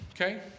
okay